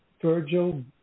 Virgil